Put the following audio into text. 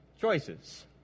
choices